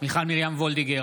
מיכל מרים וולדיגר,